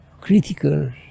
Critical